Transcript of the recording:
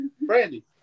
brandy